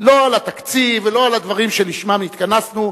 לא על התקציב ולא על הדברים שלשמם התכנסו,